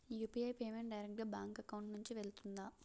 UPI payment direct గా bank account నుంచి వెళ్తుందా?